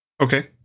Okay